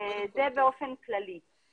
זה באופן כללי.